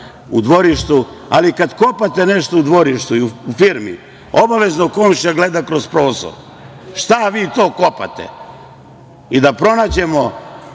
u dvorištu, ali kad kopate nešto u dvorištu i u firmi, obavezno komšija gleda kroz prozor. Šta vi to kopate? I da pronađemo,